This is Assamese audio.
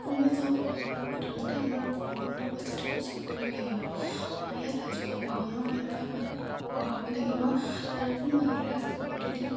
এই সমস্যাসমূহ পোৱা প্ৰথমতে আমি পৰিৱহণ ব্যৱস্থাটো সুচল কৰিব লাগিব ইয়াত ৰাজহুৱা বাহনৰ সংখ্যা মাত্ৰা বঢ়াব লাগিব তাৰোপৰি মাজুলী ৰাস্তা পদূলি